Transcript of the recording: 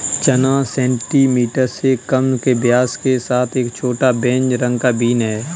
चना सेंटीमीटर से कम के व्यास के साथ एक छोटा, बेज रंग का बीन है